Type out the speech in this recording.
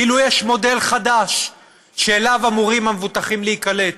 כאילו יש מודל חדש שאליו אמורים המבוטחים להיקלט.